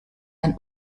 ein